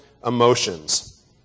emotions